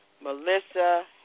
Melissa